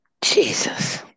Jesus